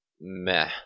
meh